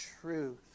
truth